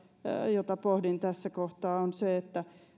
jota pohdin tässä kohtaa on se